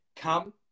come